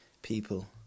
People